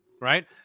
right